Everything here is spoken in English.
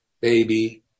baby